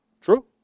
True